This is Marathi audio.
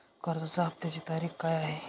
कर्जाचा हफ्त्याची तारीख काय आहे?